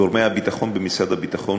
גורמי הביטחון במשרד הביטחון